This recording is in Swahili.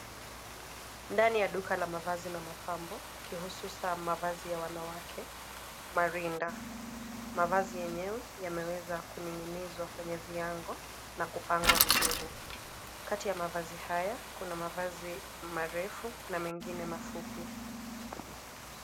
Ndani ya duka la mavazi la mapambo, kihususan wavazi ya wanawake marinda, mavazi yenyewe yameweza kuning'inizwa kwenye viango na kupangwa vizuri. Kati ya mavazi haya kuna mavazi marefu na mengine mafupi.